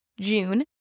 June